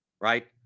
right